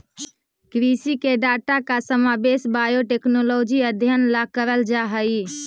कृषि के डाटा का समावेश बायोटेक्नोलॉजिकल अध्ययन ला करल जा हई